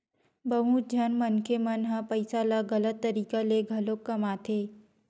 बहुत झन मनखे मन ह पइसा ल गलत तरीका ले घलो कमाथे